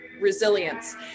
resilience